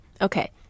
Okay